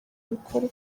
bikorwa